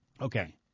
Okay